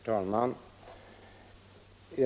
Herr talman!